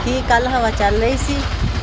ਕੀ ਕੱਲ੍ਹ ਹਵਾ ਚੱਲ ਰਹੀ ਸੀ